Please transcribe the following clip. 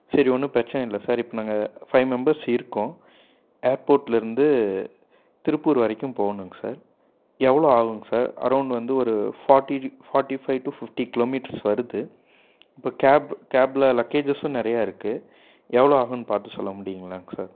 சரி ஒன்றும் பிரச்சின இல்லை சார் இப்போ நாங்கள் ஃபைவ் மெம்பர்ஸ் இருக்கோம் ஏர்போர்ட்டில் இருந்து திருப்பூர் வரைக்கும் போகணுங் சார் எவ்வளோ ஆகுங் சார் அரௌண்ட் வந்து ஒரு forty forty five to fifty kilometres வருது இப்போ கேப் கேப்பில் லக்கேஜஸும் நிறைய இருக்குது எவ்வளோ ஆகுன் பார்த்து சொல்ல முடியுங்களாங் சார்